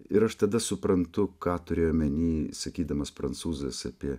ir aš tada suprantu ką turėjo omeny sakydamas prancūzas apie